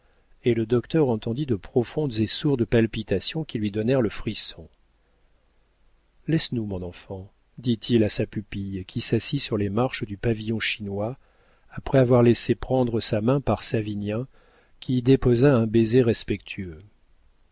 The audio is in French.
et le docteur entendit de profondes et sourdes palpitations qui lui donnèrent le frisson laisse-nous mon enfant dit-il à sa pupille qui s'assit sur les marches du pavillon chinois après avoir laissé prendre sa main par savinien qui y déposa un baiser respectueux